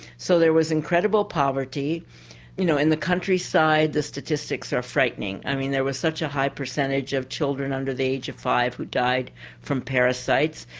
so there was incredible poverty, you know in the countryside the statistics are frightening. i mean there was such a high percentage of children under the age of five who died from parasites.